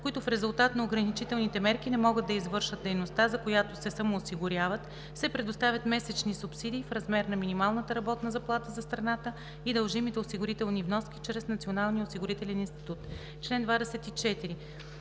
които в резултат на ограничителните мерки не могат да извършват дейността, за която се самоосигуряват, се предоставят месечни субсидии в размер на минималната работна заплата за страната и дължимите осигурителни вноски чрез Националния осигурителен институт. Чл. 24.